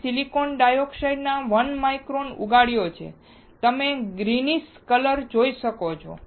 મેં silicon dioxide નો 1 micron ઉગાડ્યો છે તમે ગ્રીનીશ કલર જોઈ શકો છો